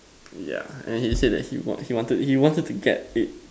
ya and he said that he want he wanted he wanted to get it